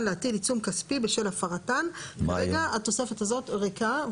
להטיל עיצום כספי בשל הפרתן"; כרגע התוספת הזאת ריקה.